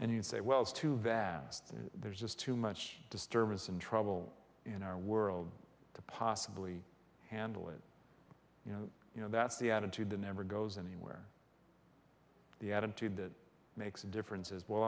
you say well it's too vast and there's just too much disturbance and trouble in our world to possibly handle it you know you know that's the attitude that never goes anywhere the attitude that makes a difference is well